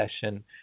session